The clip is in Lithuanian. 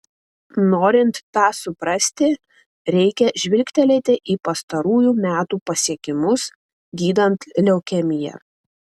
norint tą suprasti reikia žvilgtelėti į pastarųjų metų pasiekimus gydant leukemiją